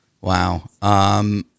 Wow